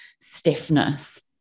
stiffness